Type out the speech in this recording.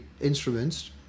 instruments